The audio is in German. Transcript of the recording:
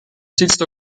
besitzt